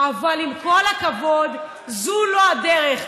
אבל עם כל הכבוד, זו לא הדרך.